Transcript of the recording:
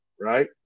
right